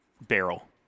barrel